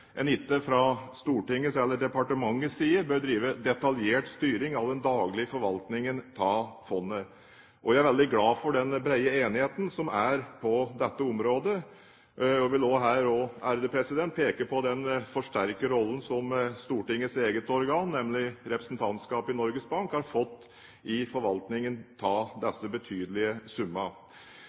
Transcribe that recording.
bør drive detaljert styring av den daglige forvaltningen av fondet fra Stortingets eller departementets side. Jeg er veldig glad for den brede enigheten som er på dette området. Jeg vil også her peke på den forsterkerrollen som Stortingets eget organ, nemlig representantskapet i Norges Bank, har fått i forvaltningen av disse betydelige